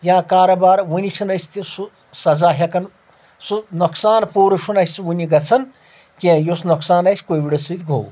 یا کارٕبار وُنہِ چھِ نہٕ اسہِ تہِ سُہ سزا ہؠکن سُہ نۄقصان پوٗرٕ چھُ نہٕ اَسہِ سُہ وٕنہِ گژھان کینٛہہ یُس نۄقصان اسہِ کووِڈٕ سۭتۍ گوٚو